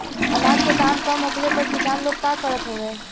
अनाज क दाम कम होखले पर किसान लोग का करत हवे?